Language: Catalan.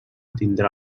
tindrà